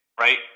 right